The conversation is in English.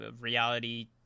reality